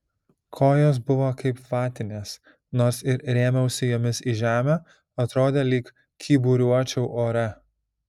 kojos buvo kaip vatinės nors ir rėmiausi jomis į žemę atrodė lyg kyburiuočiau ore